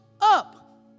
up